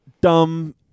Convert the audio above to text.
Dumb